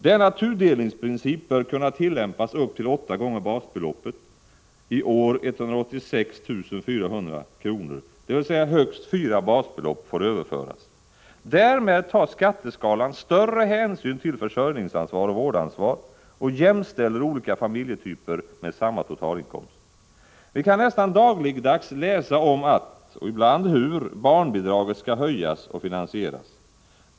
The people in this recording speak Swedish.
Denna tudelningsprincip bör kunna tillämpas upp till åtta gånger basbeloppet, i år 186 400 kr., dvs. högst fyra basbelopp får överföras. Därmed tar skatteskalan större hänsyn till försörjningsansvar och vårdansvar och jämställer olika familjetyper med samma totalinkomst. Vi kan nästan dagligdags läsa om att, och ibland hur, barnbidraget skall höjas och finansieras.